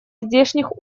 здешних